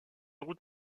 route